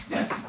Yes